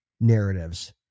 narratives